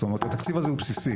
זאת אומרת התקציב הזה הוא בסיסי.